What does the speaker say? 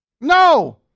No